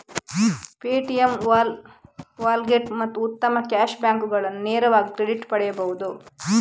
Paytm ವ್ಯಾಲೆಟ್ಗೆ ನೀವು ಉತ್ತಮ ಕ್ಯಾಶ್ ಬ್ಯಾಕುಗಳನ್ನು ನೇರವಾಗಿ ಕ್ರೆಡಿಟ್ ಪಡೆಯಬಹುದು